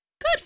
Good